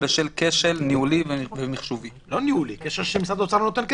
לא ניהולי, כשל שמשרד האוצר לא נותן כסף.